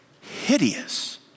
Hideous